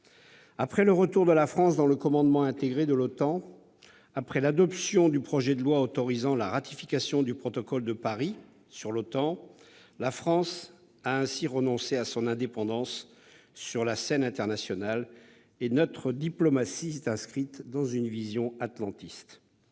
Après le retour de la France dans le commandement intégré de l'OTAN et l'adoption du projet de loi autorisant la ratification du protocole de Paris sur l'OTAN, la France a renoncé à son indépendance sur la scène internationale et notre diplomatie s'est inscrite dans une vision atlantiste.